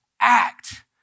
act